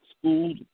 school